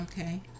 Okay